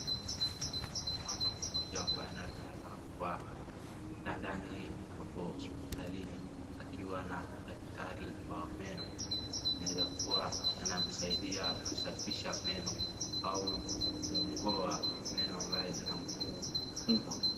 Naona mama mgonjwa ambaye analala hapa kitandani hapo hospitalini akiwa na daktari wa meno. Inaeza kuwa anamsaidia kusafisha meno au kung'oa meno ambaye inamuuma.